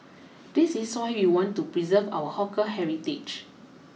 this is why we want to preserve our hawker heritage